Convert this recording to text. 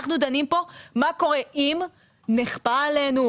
אנחנו דנים פה מה קורה אם נכפה עלינו,